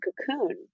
cocoon